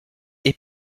est